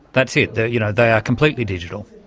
that's it, they you know they are completely digital?